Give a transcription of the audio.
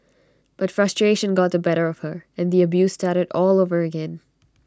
but frustration got the better of her and the abuse started all over again